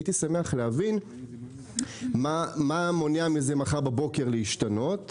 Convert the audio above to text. הייתי שמח להבין מה מונע מזה להשתנות מחר בבוקר,